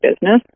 business